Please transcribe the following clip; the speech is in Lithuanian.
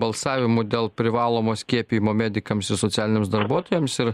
balsavimu dėl privalomo skiepijimo medikams ir socialiniams darbuotojams ir